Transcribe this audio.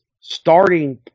starting